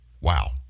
Wow